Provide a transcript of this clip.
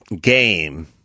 game